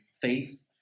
faith